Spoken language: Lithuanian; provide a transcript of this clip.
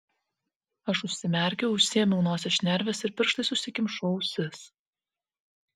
aš užsimerkiau užsiėmiau nosies šnerves ir pirštais užsikimšau ausis